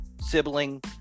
Sibling